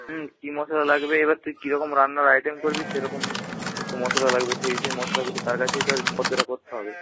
হুম কি মশলা লাগবে এবার তুই কিরকম রান্নার আইটেম করবি সেরকম মশলা লাগবে সেই হিসেবে মশলাগুলো তার কাছেই তো ফর্দটা করতে হবে